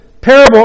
parable